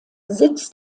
sitz